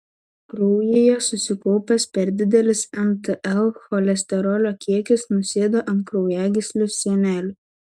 kraujyje susikaupęs per didelis mtl cholesterolio kiekis nusėda ant kraujagyslių sienelių